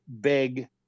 big